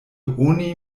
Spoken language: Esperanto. oni